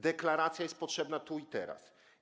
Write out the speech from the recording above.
Deklaracja jest potrzebna tu i teraz.